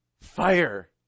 fire